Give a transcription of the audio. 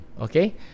okay